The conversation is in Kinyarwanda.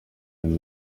cyane